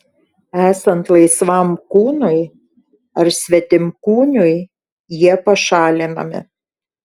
esant laisvam kūnui ar svetimkūniui jie pašalinami